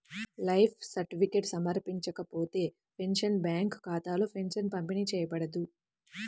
life certificate సమర్పించకపోతే, pensioner bank ఖాతాలో pension పంపిణీ చేయబడదు